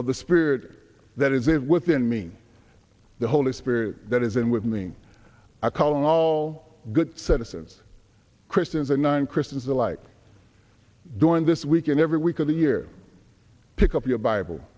of the spirit that is within me the holy spirit that is in with me i call all good citizens christians and non christians alike doing this weekend every week of the year pick up your bible